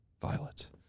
Violet